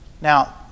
Now